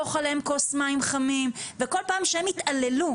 לשפוך עליהם כוס מים חמים וכל פעם שהם התעללו,